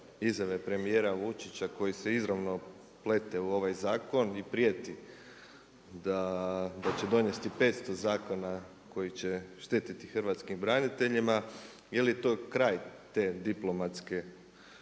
izjave premijera Vučića koji se izravno plete u ovaj zakon i prijeti da će donijeti 500 zakona koji će šteti hrvatskim braniteljima, je li to kraj te diplomatske,